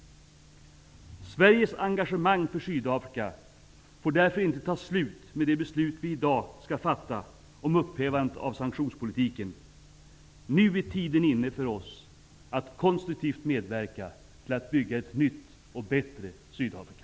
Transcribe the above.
Sveriges engagemang för Sydafrika får därför inte ta slut med det beslut vi i dag skall fatta om upphävandet av sanktionspolitiken. Nu är tiden inne för oss att konstruktivt medverka till att bygga ett nytt och bättre Sydafrika.